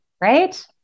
right